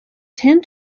tend